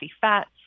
fats